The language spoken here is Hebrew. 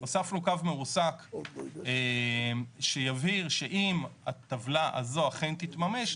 הוספנו קו מרוסק שיבהיר שאם הטבלה הזו אכן תתממש,